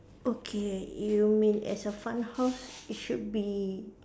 okay you may as a fun house it should be